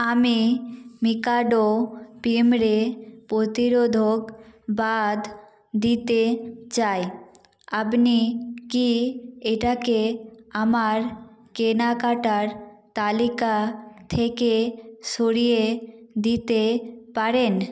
আমি মিকাডো পিঁপড়ে পোতিরোধক বাদ দিতে চাই আবনি কি এটাকে আমার কেনাকাটার তালিকা থেকে সরিয়ে দিতে পারেন